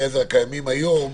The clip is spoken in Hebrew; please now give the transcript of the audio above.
הקיימים היום